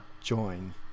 join